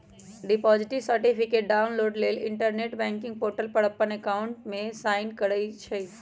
deposit certificate download लेल internet banking portal पर अप्पन अकाउंट में साइन करइ छइ